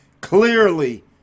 Clearly